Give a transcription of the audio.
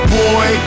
boy